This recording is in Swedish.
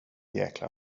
jäkla